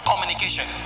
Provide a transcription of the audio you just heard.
communication